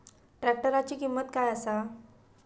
ट्रॅक्टराची किंमत काय आसा?